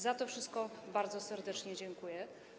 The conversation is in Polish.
Za to wszystko bardzo serdecznie dziękuję.